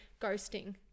ghosting